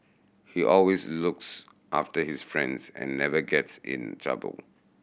he always looks after his friends and never gets in trouble